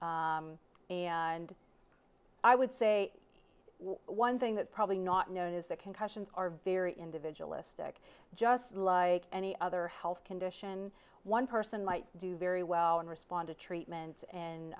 and i would say one thing that probably not known is that concussions are very individualistic just like any other health condition one person might do very well and respond to treatment and